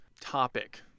topic